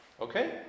okay